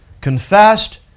confessed